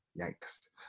Yikes